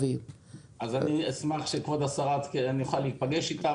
אני אשמח להיפגש עם כבוד השרה.